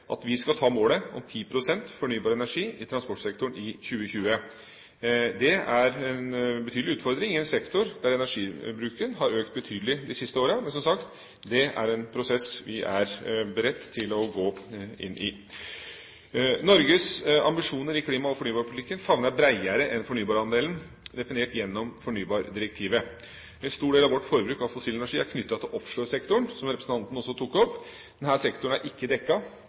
at vi skal ta målet om 10 pst. fornybar energi i transportsektoren i 2020. Det er en betydelig utfordring i en sektor der energibruken har økt betydelig de siste årene. Men som sagt, det er en prosess vi er beredt til å gå inn i. Norges ambisjoner i klima- og fornybarpolitikken favner bredere enn fornybarandelen definert gjennom fornybardirektivet. En stor del av vårt forbruk av fossil energi er knyttet til offshoresektoren, som representanten også tok opp. Denne sektoren er ikke